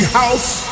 house